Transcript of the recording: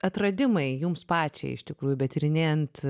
atradimai jums pačiai iš tikrųjų betyrinėjant